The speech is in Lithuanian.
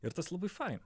ir tas labai faina